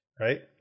Right